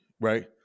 right